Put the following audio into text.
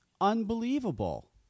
Unbelievable